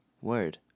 word